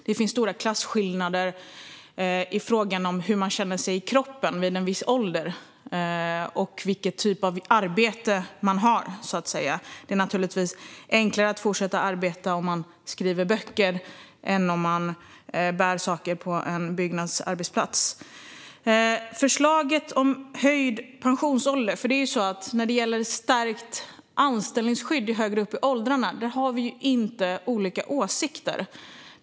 Det finns stora klasskillnader i hur människor känner sig i kroppen vid en viss ålder och med vilken typ av arbete de har. Det är naturligtvis enklare att fortsätta att arbeta om man skriver böcker än om man bär saker på en byggnadsarbetsplats. Det handlar också om förslaget om höjd pensionsålder. När det gäller stärkt anställningsskydd högre upp i åldrarna har vi inte olika åsikter.